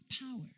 power